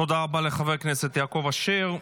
תודה רבה לחבר הכנסת יעקב אשר.